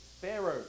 Pharaoh